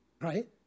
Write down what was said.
right